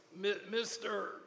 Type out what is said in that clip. Mr